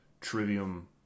trivium